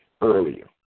earlier